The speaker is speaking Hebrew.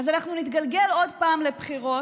אז אנחנו נתגלגל עוד פעם לבחירות.